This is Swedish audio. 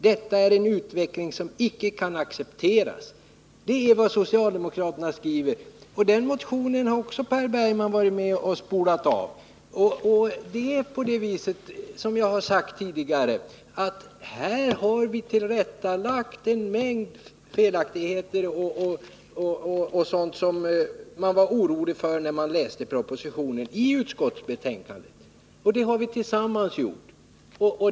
Detta är en utveckling som icke kan accepteras.” Det är alltså vad socialdemokrater skriver, och den motionen har också Per Bergman varit med och spolat. Det är på det viset, som jag tidigare sagt, att vi tillsammans i utskottet har tillrättalagt en mängd felaktiga uppfattningar som många fick när de läste propositionen.